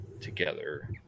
together